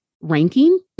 ranking